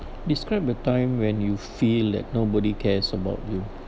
describe a time when you feel that nobody cares about you